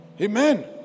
Amen